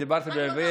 ( בזרזיר,